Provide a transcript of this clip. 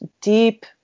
deep